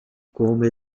como